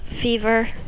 fever